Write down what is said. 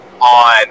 on